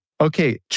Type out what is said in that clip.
okay